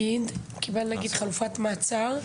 קיבל נגיד חלופת מעצר,